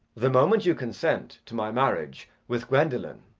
the moment you consent to my marriage with gwendolen,